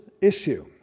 issue